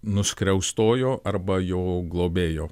nuskriaustojo arba jo globėjo